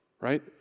right